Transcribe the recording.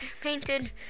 painted